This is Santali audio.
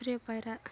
ᱯᱩᱠᱷᱨᱤ ᱨᱮ ᱯᱟᱭᱨᱟᱜ